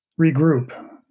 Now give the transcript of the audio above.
regroup